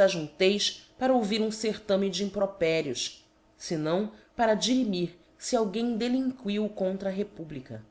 ajunteis para ouvir um certame de impropérios fenão para dirimir íc alguém delinquiu contra a republica